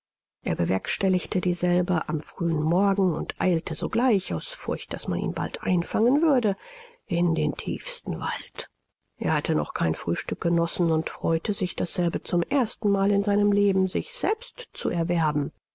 er bewerkstelligte dieselbe am frühen morgen und eilte sogleich aus furcht daß man ihn bald einfangen würde in den tiefsten wald er hatte noch kein frühstück genossen und freute sich dasselbe zum ersten mal in seinem leben sich selbst zu erwerben